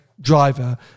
driver